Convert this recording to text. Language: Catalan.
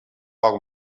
poc